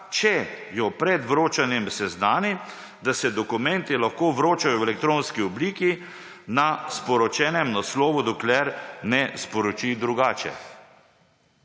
če jo pred vročanjem seznani, da se dokumenti lahko vročajo v elektronski obliki na sporočenem naslovu, dokler ne sporoči drugače.«